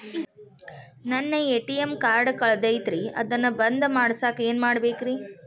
ನನ್ನ ATM card ಕಳದೈತ್ರಿ ಅದನ್ನ ಬಂದ್ ಮಾಡಸಾಕ್ ಏನ್ ಮಾಡ್ಬೇಕ್ರಿ?